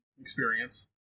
experience